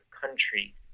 country